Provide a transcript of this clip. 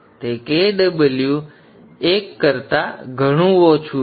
તેથી તે Kw કરતા ઘણું ઓછું છે